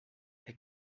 les